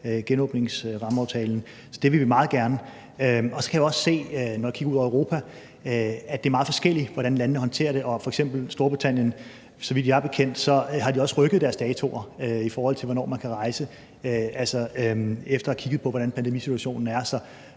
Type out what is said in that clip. genåbningen, så det vil vi meget gerne. Så kan jeg også se, når jeg kigger ud over Europa, at det er meget forskelligt, hvordan landene håndterer det. Og mig bekendt har f.eks. Storbritannien også rykket deres datoer, i forhold til hvornår man kan rejse, efter at have kigget på, hvordan situationen er.